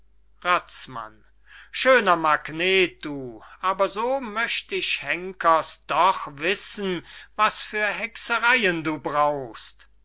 razmann schöner magnet du aber so möcht ich henkers doch wissen was für hexereyen du brauchst